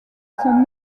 son